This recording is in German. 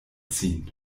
ziehen